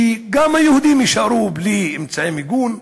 שגם היהודים יישארו בלי אמצעי מיגון,